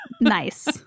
Nice